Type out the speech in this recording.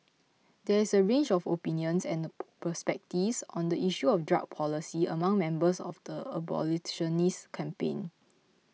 there is a range of opinions and perspectives on the issue of drug policy among members of the abolitionist campaign